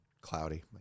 cloudy